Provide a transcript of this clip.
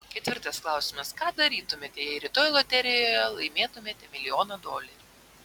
ketvirtas klausimas ką darytumėte jei rytoj loterijoje laimėtumėte milijoną dolerių